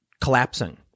collapsing